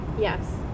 Yes